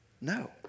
No